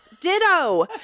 ditto